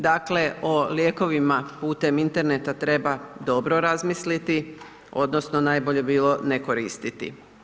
Dakle, o lijekovima putem interneta treba dobro razmisliti odnosno najbolje bi bilo ne koristiti.